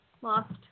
lost